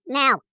now